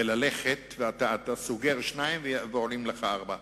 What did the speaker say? אתה סוגר שניים, ועולים לך ארבעה.